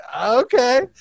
okay